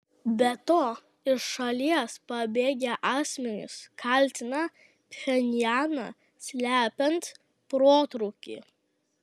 be to iš šalies pabėgę asmenys kaltina pchenjaną slepiant protrūkį